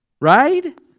right